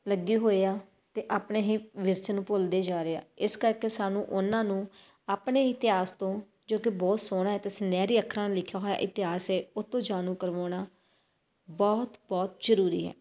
ਲੱਗੇ ਹੋਏ ਆ ਅਤੇ ਆਪਣੇ ਹੀ ਵਿਰਸੇ ਨੂੰ ਭੁੱਲਦੇ ਜਾ ਰਹੇ ਆ ਇਸ ਕਰਕੇ ਸਾਨੂੰ ਉਹਨਾਂ ਨੂੰ ਆਪਣੇ ਇਤਿਹਾਸ ਤੋਂ ਜੋ ਕਿ ਬਹੁਤ ਸੋਹਣਾ ਹੈ ਅਤੇ ਸੁਨਹਿਰੀ ਅੱਖਰਾਂ ਨਾਲ਼ ਲਿਖਿਆ ਹੋਇਆ ਇਤਿਹਾਸ ਹੈ ਉਹ ਤੋਂ ਜਾਣੂ ਕਰਵਾਉਣਾ ਬਹੁਤ ਬਹੁਤ ਜ਼ਰੂਰੀ ਹੈ